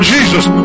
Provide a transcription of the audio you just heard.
Jesus